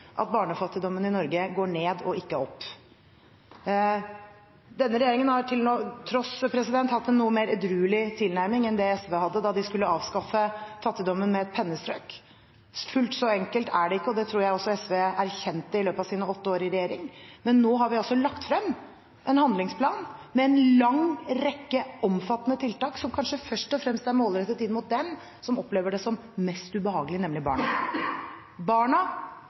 at barnefattigdommen i Norge går ned og ikke opp. Denne regjeringen har tross alt hatt en noe mer edruelig tilnærming enn det SV hadde da de skulle avskaffe fattigdommen med et pennestrøk. Fullt så enkelt er det ikke, og det tror jeg også SV erkjente i løpet av sine åtte år i regjering. Men nå har vi altså lagt frem en handlingsplan med en lang rekke omfattende tiltak som kanskje først og fremst er målrettet inn mot dem som opplever det som mest ubehagelig, nemlig barna – barna